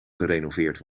gerenoveerd